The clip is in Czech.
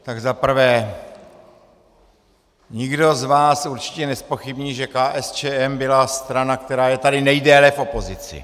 Tak za prvé, nikdo z vás určitě nezpochybní, že KSČM byla strana, která je tady nejdéle v opozici.